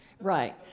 Right